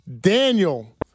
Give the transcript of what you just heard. Daniel